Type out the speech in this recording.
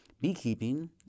beekeeping